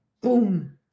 Boom